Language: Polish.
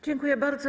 Dziękuję bardzo.